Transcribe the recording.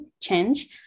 change